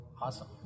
Awesome